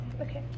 Okay